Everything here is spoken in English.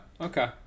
Okay